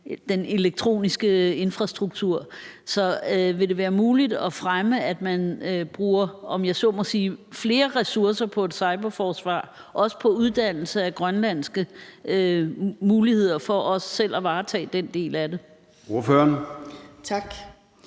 den elektroniske infrastruktur. Så vil det være muligt at fremme, at man bruger, om jeg så må sige, flere ressourcer på et cyberforsvar, også på uddannelse af grønlandske muligheder for også selv at varetage den del af det?